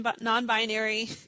non-binary